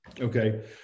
Okay